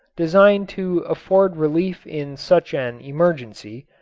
designed to afford relief in such an emergency,